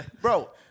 bro